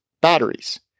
batteries